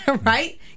Right